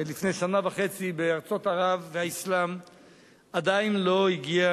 לפני שנה וחצי בארצות ערב והאסלאם עדיין לא הגיע